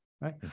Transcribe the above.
right